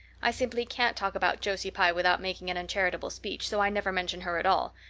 i simply can't talk about josie pye without making an uncharitable speech, so i never mention her at all.